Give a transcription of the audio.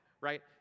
right